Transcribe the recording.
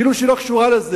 כאילו היא לא קשורה לזה,